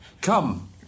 Come